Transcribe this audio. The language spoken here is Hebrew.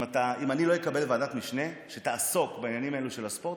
אם אני לא אקבל ועדת משנה שתעסוק בעניינים האלה של הספורט,